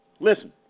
Listen